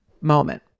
moment